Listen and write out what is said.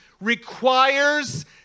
requires